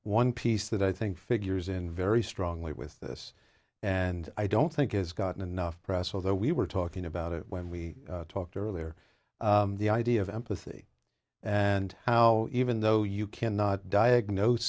one piece that i think figures in very strongly with this and i don't think has gotten enough press although we were talking about it when we talked earlier the idea of empathy and how even though you cannot diagnose